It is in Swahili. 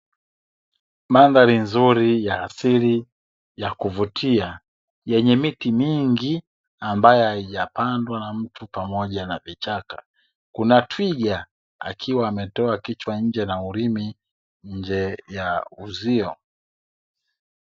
Mandhari nzuri ya asili ya kuvutia, yenye miti mingi ambayo hajipandwa na mtu pamoja na vichaka. Kuna twiga akiwa ametoa kichwa nje na ulimi nje ya uzio.